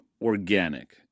organic